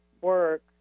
work